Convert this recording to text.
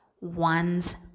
one's